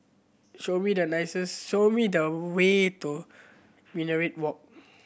show me the show me the way to Minaret Walk